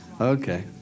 Okay